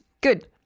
Good